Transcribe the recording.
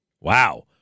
Wow